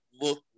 look